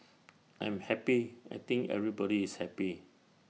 I'm happy I think everybody is happy